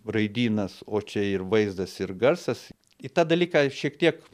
raidynas o čia ir vaizdas ir garsas į tą dalyką šiek tiek